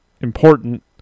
important